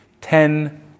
Ten